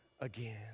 again